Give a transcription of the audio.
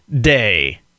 day